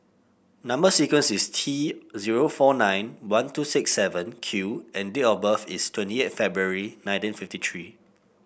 number sequence is T zero four nine one two six seven Q and date of birth is twenty eight February nineteen fifty three